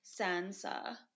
Sansa